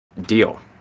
deal